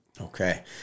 Okay